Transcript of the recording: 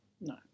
No